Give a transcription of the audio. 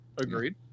agreed